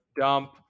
dump